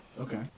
okay